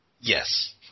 yes